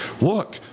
look